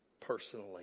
personally